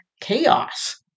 chaos